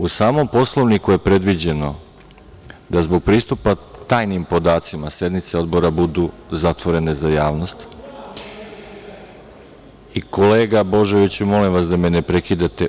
U samom Poslovniku je predviđeno da zbog pristupa tajnim podacima sednice odbora budu zatvorene za javnost. (Balša Božović: Javno su rekli da smo izdajnici.) Kolega Božoviću, molim vas da me ne prekidate.